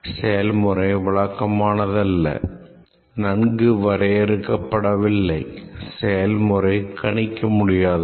செயல்முறை வழக்கமானதல்ல நன்கு வரையறுக்கப்படவில்லை செயல்முறை கணிக்க முடியாதது